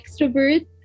extrovert